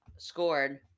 Scored